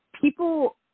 people